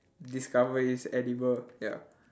discover it's edible ya